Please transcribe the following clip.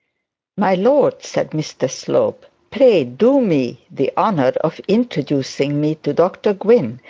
my lord said mr slope, pray do me the honour of introducing me to dr gwynne.